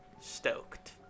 stoked